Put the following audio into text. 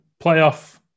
playoff